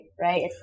right